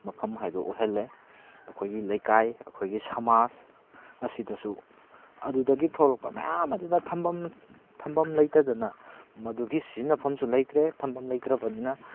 ꯃꯐꯝ ꯍꯥꯏꯗꯣ ꯑꯣꯏꯍꯜꯂꯦ ꯑꯩꯈꯣꯏꯒꯤ ꯂꯩꯀꯥꯏ ꯑꯩꯈꯣꯏꯒꯤ ꯁꯃꯥꯖ ꯑꯁꯤꯗꯁꯨ ꯑꯗꯨꯗꯒꯤ ꯊꯣꯂꯛꯄ ꯃꯌꯥꯝ ꯑꯗꯨꯅ ꯊꯝꯕꯝ ꯊꯝꯕꯝ ꯂꯩꯇꯗꯅ ꯃꯗꯨꯒꯤ ꯁꯤꯖꯟꯅꯐꯝꯁꯨ ꯂꯩꯇ꯭ꯔꯦ ꯊꯝꯕꯝ ꯂꯩꯇ꯭ꯔꯕꯅꯤꯅ